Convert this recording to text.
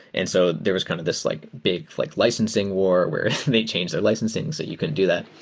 and so there was kind of this like big like licensing war where they change their licensing, so you can do that.